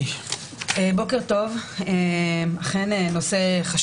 הראיות במישור הפלילי הרבה פעמים לא קיימות,